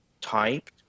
typed